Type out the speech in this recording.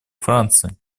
франции